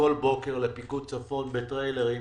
כל בוקר לפיקוד צפון בטריילרים,